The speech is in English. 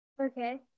Okay